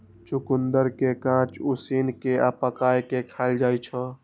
चुकंदर कें कांच, उसिन कें आ पकाय कें खाएल जाइ छै